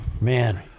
Man